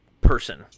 person